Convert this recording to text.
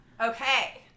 Okay